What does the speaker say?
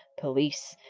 police,